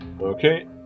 Okay